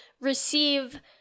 receive